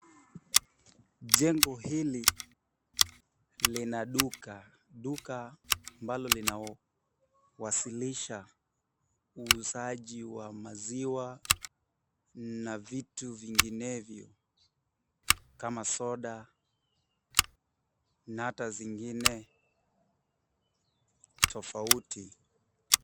Jengo hili lina duka, duka ambalo linawasilisha uuzaji wa maziwa na vitu vinginevyo kama soda na hata zingine tofauti.